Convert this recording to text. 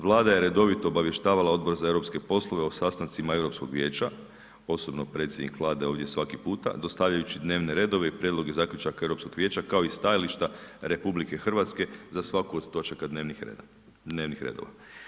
Vlada je redovito obavještavala Odbor za europske poslove o sastancima Europskog vijeća, osobno predsjednik Vlade svaki puta, dostavljajući dnevne redove i prijedloge zaključaka Europskog vijeća kao i stajališta RH za svaku od točaka dnevnih redova.